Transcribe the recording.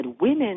women